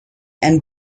and